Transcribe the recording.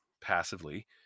passively